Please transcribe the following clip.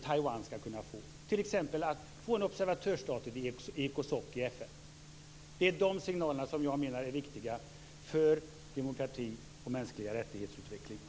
Taiwan skulle t.ex. kunna få en observatörsstatus i Ecosoc i FN. Det är dessa signaler som är viktiga för demokrati och för utvecklingen av mänskliga rättigheter.